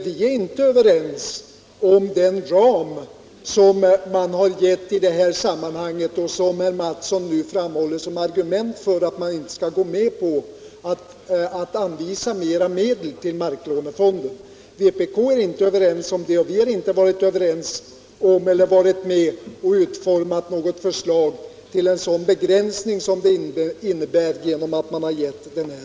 Vi är inte överens om den ram som man har givit i det här sammanhanget och som herr Mattsson nu anför som argument för att man inte skall gå med på att anvisa ytterligare medel till markförvärvslånefonden. Vpk har inte den uppfattningen, och vi har inte varit med om att utforma något förslag till en sådan begränsning som de här ramarna medför.